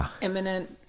imminent